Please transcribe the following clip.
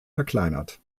verkleinert